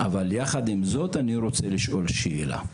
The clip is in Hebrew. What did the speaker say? אבל יחד עם זאת אני רוצה לשאול שאלה,